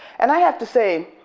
and i have to say,